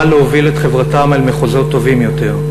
להוביל את חברתם אל מחוזות טובים יותר.